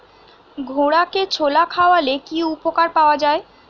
ঘোড়াকে ছোলা খাওয়ালে কি উপকার পাওয়া যায়?